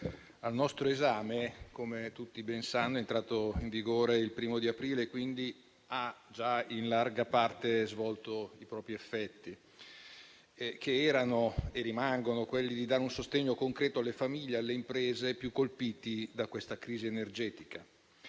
al nostro esame - come tutti ben sanno - è entrato in vigore il 1° aprile, quindi ha già in larga parte dispiegato i propri effetti, che erano e rimangono quelli di dare un sostegno concreto alle famiglie e alle imprese più colpite da questa crisi energetica.